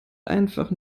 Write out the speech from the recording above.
einfach